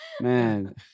man